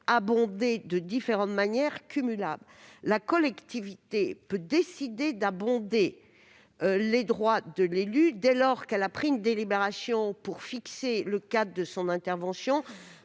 abondé de différentes manières, qui sont cumulables. La collectivité peut décider d'abonder les droits de l'élu dès lors qu'elle a pris une délibération pour fixer le cadre de son intervention,